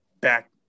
back